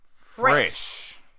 Fresh